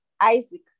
Isaac